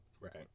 Right